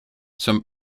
some